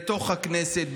בתוך הכנסת,